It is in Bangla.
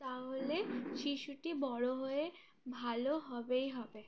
তাহলে শিশুটি বড়ো হয়ে ভালো হবেই হবে